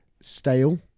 stale